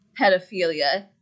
pedophilia